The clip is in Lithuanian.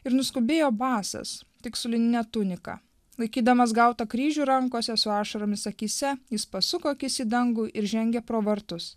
ir nuskubėjo basas tik su linine tunika laikydamas gautą kryžių rankose su ašaromis akyse jis pasuko akis į dangų ir žengė pro vartus